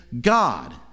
God